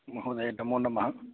महोदय नमो नमः